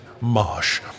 Marsh